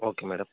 okay madam